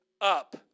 up